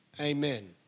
Amen